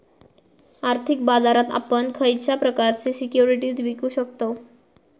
आर्थिक बाजारात आपण खयच्या प्रकारचे सिक्युरिटीज विकु शकतव?